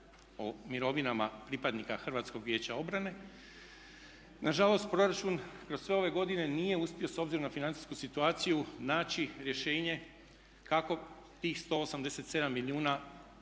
o mirovinama pripadnika HVO-a. Nažalost proračun kroz sve ove godine nije uspio s obzirom na financijsku situaciju naći rješenje kako tih 187 milijuna